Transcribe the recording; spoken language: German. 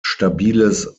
stabiles